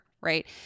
right